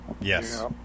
Yes